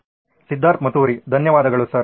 ಸಿದ್ಧಾರ್ಥ್ ಮತುರಿ ಧನ್ಯವಾದಗಳು ಸರ್